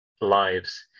lives